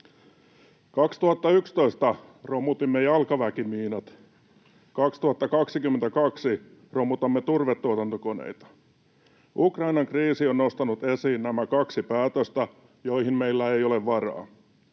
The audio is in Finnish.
2011 romutimme jalkaväkimiinat, 2022 romutamme turvetuotantokoneita. Ukrainan kriisi on nostanut esiin nämä kaksi päätöstä, joihin meillä ei ole varaa.